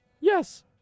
yes